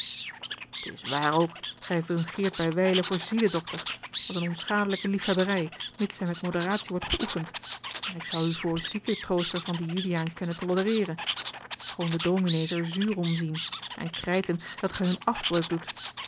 t is waar ook gij fungeert bij wijlen voor zielendokter dat's eene onschadelijke liefhebberij mits zij met moderatie wordt geoefend en ik zou u voor zieketrooster van dien juliaan konnen tolereeren schoon de dominé's er zuur om zien en krijten dat ge hun afbreuk doet